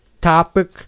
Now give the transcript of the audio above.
topic